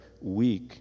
weak